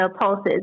pulses